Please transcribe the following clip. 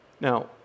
Now